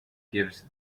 gives